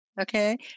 Okay